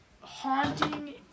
haunting